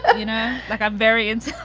ah you know, like a variance.